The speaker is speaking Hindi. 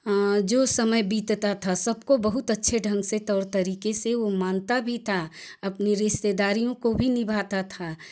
जो समय बीतता था सबको बहुत अच्छे ढंग से तौर तरीके से वह मानता भी था अपने रिश्तेदारी को भी निभाता था